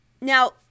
Now